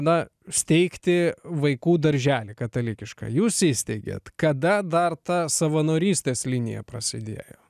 na steigti vaikų darželį katalikišką jūs įsteigėt kada dar ta savanorystės linija prasidėjo